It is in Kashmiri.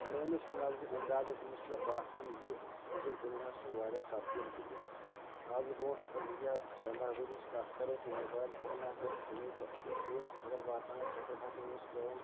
میٛٲنِس نظرِ انٛدازس منٛز چھُ مےٚ باسان زِ أزیُک دُنیاہس چھُ واریاہ تبدیٖل گوٚمُت اَز برٛونٛٹھ وُہ یا پنٛداہ ؤریِچ کتھ کرو تہٕ موبایل فون نہَ حظ ٲسۍ کُنے تہٕ أکِس بیٚیِس خبر واتناونہٕ خٲطرٕ حظ اوس پٮ۪وان